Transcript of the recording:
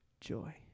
joy